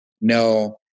No